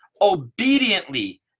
obediently